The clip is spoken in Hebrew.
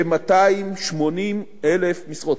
כ-280,000 משרות,